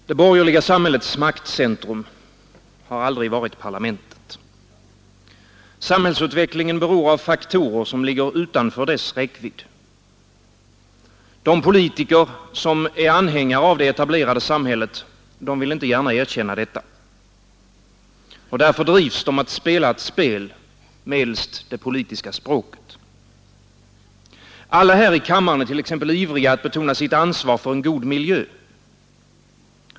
Herr talman! Det borgerliga samhällets maktcentrum har aldrig varit parlamentet. Samhällsutvecklingen beror av faktorer som ligger utanför dess räckvidd. De politiker som är anhängare av det etablerade samhället vill inte gärna erkänna detta. Därför drivs de att spela ett spel medelst det politiska språket. Alla här i kammaren är t.ex. ivriga att betona sitt ansvar för en god miljö.